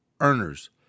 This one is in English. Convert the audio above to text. earners